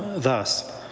thus.